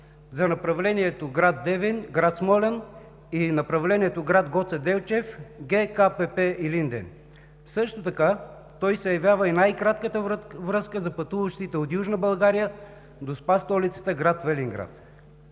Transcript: за направлението град Девин – град Смолян и направлението град Гоце Делчев – ГКПП „Илинден“. Също така той се явява и най-кратката връзка за пътуващите от Южна България до СПА столицата – град Велинград.